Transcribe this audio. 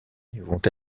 vont